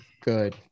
Good